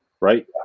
right